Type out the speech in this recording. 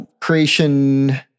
Creation